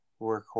workhorse